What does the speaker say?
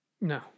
No